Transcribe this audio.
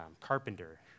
carpenter